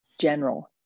general